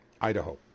Idaho